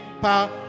power